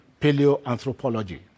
paleoanthropology